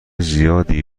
زیادی